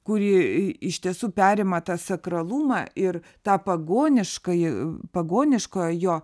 kuri i iš tiesų perima tą sakralumą ir tą pagoniškąjį pagoniškojo